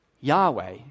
Yahweh